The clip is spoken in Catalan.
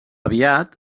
aviat